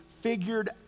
figured